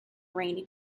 rainy